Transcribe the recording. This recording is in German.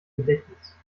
gedächtnis